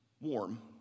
warm